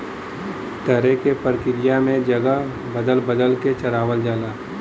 तरे के प्रक्रिया में जगह बदल बदल के चरावल जाला